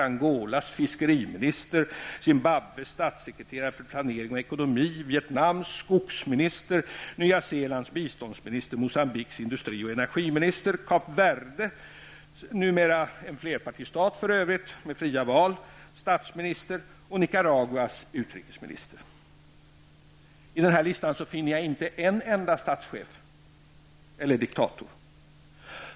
Bland besökarna finner man Costa Kap Verdes -- numera en flerpartistat med fria val -- statsminister och Nicaraguas utrikesminister. I den här listan finner jag inte en enda statschef eller diktator.